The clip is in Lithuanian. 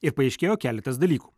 ir paaiškėjo keletas dalykų